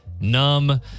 numb